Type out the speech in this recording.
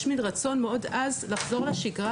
יש מן רצון מאוד עז לחזור לשגרה